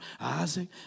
Isaac